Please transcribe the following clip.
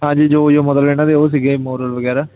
ਹਾਂਜੀ ਜੋ ਜੋ ਮਤਲਬ ਇਹਨਾਂ ਦੇ ਉਹ ਸੀਗੇ ਮੋਰਲ ਵਗੈਰਾ